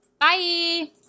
Bye